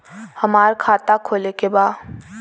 हमार खाता खोले के बा?